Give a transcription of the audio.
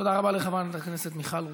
תודה רבה לחברת הכנסת מיכל רוזין.